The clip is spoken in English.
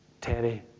Terry